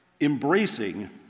embracing